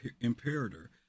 Imperator